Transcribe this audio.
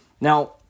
Now